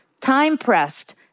time-pressed